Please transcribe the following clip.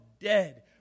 dead